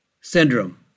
syndrome